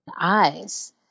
eyes